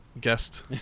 guest